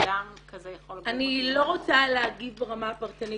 קיים כזה -- אני לא רוצה להגיב ברמה הפרטנית.